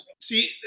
see